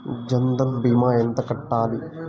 జన్ధన్ భీమా ఎంత కట్టాలి?